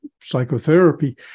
psychotherapy